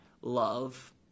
love